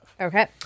Okay